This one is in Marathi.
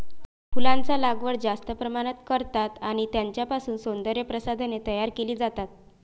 फुलांचा लागवड जास्त प्रमाणात करतात आणि त्यांच्यापासून सौंदर्य प्रसाधने तयार केली जातात